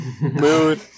Mood